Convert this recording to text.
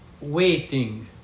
Waiting